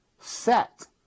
set